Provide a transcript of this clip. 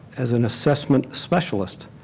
as an assessment specialist.